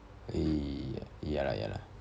eh ya lah ya lah